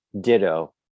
Ditto